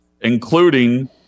including